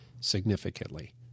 significantly